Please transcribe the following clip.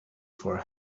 for